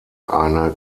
eine